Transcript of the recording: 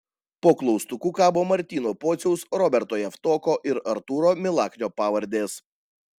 po klaustuku kabo martyno pociaus roberto javtoko ir artūro milaknio pavardės